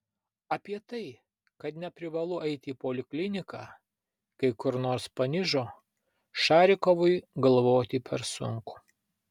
apie tai kad neprivalu eiti į polikliniką kai kur nors panižo šarikovui galvoti per sunku